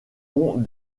ont